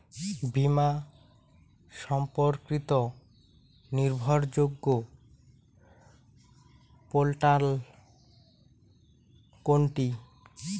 বীমা সম্পর্কিত নির্ভরযোগ্য পোর্টাল কোনটি?